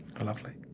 Lovely